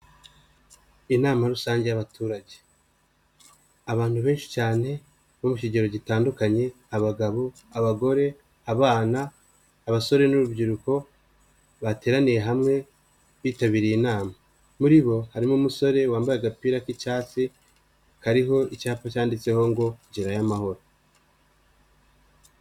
Inama rusange y'abaturage. Abantu benshi cyane bo mu kigero gitandukanye, abagabo abagore, abana, abasore n'urubyiruko, bateraniye hamwe bitabiriye inama, muri bo harimo umusore wambaye agapira k'icyatsi kariho icyapa cyanditseho ngo gerayo amahoro.